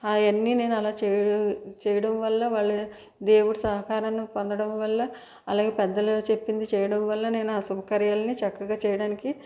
అవన్ని నేను అలా చెయ్యడం చేయడం వల్ల దేవుడు సహకారం నాకు పొందడం వల్ల అలాగే పెద్దలు చెప్పింది చేయడం వల్ల నేను ఆ శుభకార్యాలను చక్కగా చేయటానికి